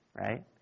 Right